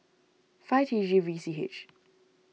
five T G V C H